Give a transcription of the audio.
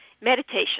Meditation